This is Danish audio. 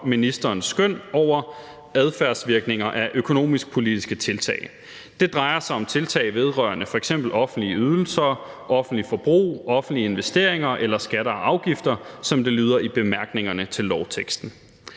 ministerens skøn over adfærdsvirkninger af økonomisk-politiske tiltag. Det drejer sig om tiltag vedrørende f.eks. offentlige ydelser, offentligt forbrug, offentlige investeringer eller skatter og afgifter, som det lyder i bemærkningerne til lovteksten.